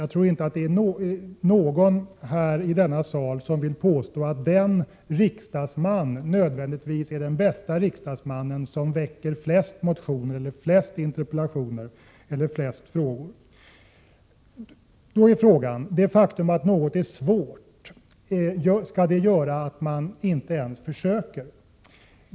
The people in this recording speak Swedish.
Jag tror inte att någon i denna sal vill påstå att den riksdagsman nödvändigtvis är den bästa riksdagsmannen som väcker flest motioner, bara för att det är lätt att mäta. Då är frågan: Det faktum att något är svårt, skall det göra att man inte ens försöker?